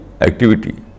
activity